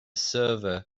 server